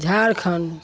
Jharkhand